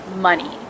money